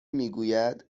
میگوید